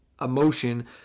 emotion